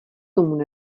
tomu